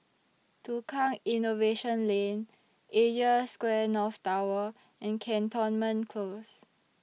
Tukang Innovation Lane Asia Square North Tower and Cantonment Close